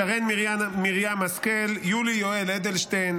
שרן מרים השכל, יולי יואל אדלשטיין,